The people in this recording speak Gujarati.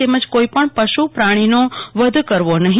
તેમજ કોઈપણ પશુ પ્રાણીનો વધ કરવો નહી